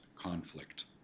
conflict